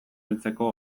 heltzeko